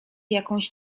jakąś